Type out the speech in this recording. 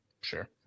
sure